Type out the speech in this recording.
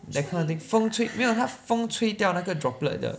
that kind of thing 风吹没有它风吹掉那个 droplet 的